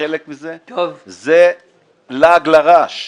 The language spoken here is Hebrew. חלק מזה זה לעג לרש.